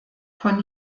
von